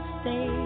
stay